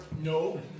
No